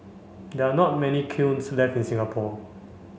there are not many kilns left in Singapore